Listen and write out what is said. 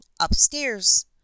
upstairs